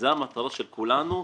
זו המטרה של כולנו.